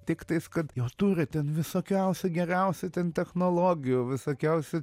tiktais kad jo turi ten visokiausių geriausių ten technologijų visokiausių